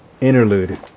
interlude